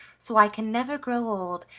so i can never grow old,